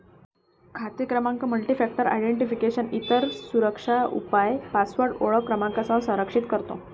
खाते क्रमांक multifactor identification, इतर सुरक्षा उपाय पासवर्ड ओळख क्रमांकासह संरक्षित करतो